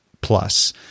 plus